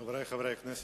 חברי חברי הכנסת,